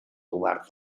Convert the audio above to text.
covard